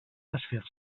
desfer